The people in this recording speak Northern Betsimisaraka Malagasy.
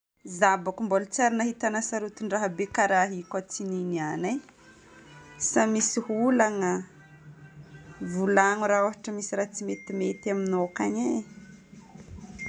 Zaho boko mbola tsy ary nahita anà sarotin-draha be karaha ty koa tsy niany e. Sa misy olana? Volagno raha ôhatra ka misy raha tsy metimety aminao, kany e.